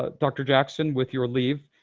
ah dr. jackson, with your leave,